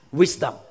wisdom